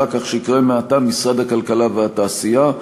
כך שייקרא מעתה משרד הכלכלה והתעשייה.